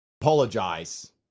apologize